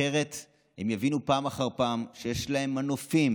אחרת הם יבינו פעם אחר פעם שיש להם מנופים